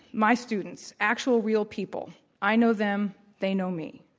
my students, actual real people, i know them. they know me.